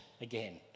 again